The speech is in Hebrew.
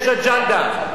יש אג'נדה.